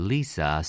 Lisa